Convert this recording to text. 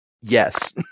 yes